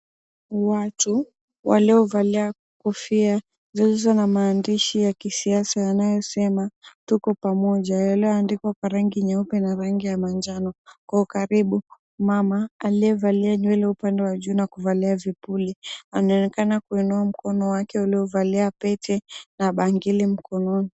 Watu waliovalia kofia zilizo na maandishi ya kisiasa yanayosema , "tuko pamoja", yaliyoandikwa kwa rangi nyeupe na rangi ya manjano .Kwa ukaribu mama aliyevalia nywele upande wa juu na kuvalia vipuli anaonekana kuinua mkono wake uliovalia pete na bangili mkononi.